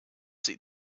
see